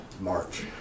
March